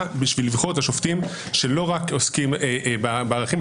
בשביל לבחור את השופטים שלא רק עוסקים בערכים,